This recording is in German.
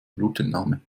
blutentnahme